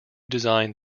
design